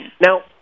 Now